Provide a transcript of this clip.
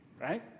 right